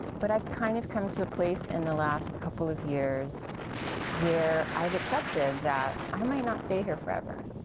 but i've kind of come to a place in the last couple of years where i've accepted that i might not stay here forever.